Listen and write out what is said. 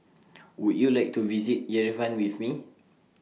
Would YOU like to visit Yerevan with Me